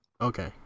Okay